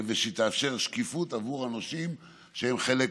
ושהיא תאפשר שקיפות עבור הנושים, שהם חלק